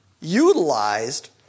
utilized